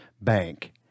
bank